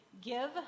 give